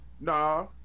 Nah